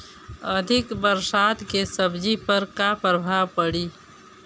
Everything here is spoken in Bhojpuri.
अधिक बरसात के सब्जी पर का प्रभाव पड़ी?